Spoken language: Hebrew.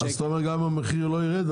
--- אז אתה אומר שגם אם המחיר לא יירד,